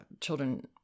children